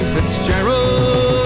Fitzgerald